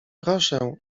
proszę